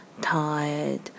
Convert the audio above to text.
tired